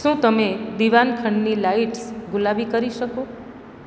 શું તમે દીવાનખંડની લાઈટ્સ ગુલાબી કરી શકો